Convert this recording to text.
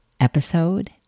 Episode